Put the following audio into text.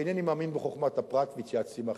אינני מאמין בחוכמת הפרט והתייעצתי עם אחרים.